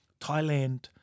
Thailand